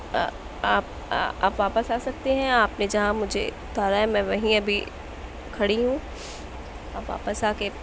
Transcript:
آ آپ آپ واپس آ سکتے ہیں آپ نے جہاں مجھے اُتارا ہے میں وہیں ابھی کھڑی ہوں آپ واپس آ کے